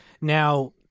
Now-